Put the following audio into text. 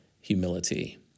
humility